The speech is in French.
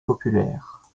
populaires